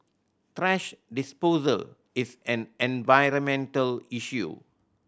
thrash disposal is an environmental issue